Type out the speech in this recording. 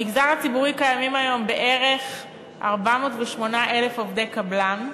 במגזר הציבורי קיימים היום בערך 408,000 עובדי קבלן,